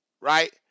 right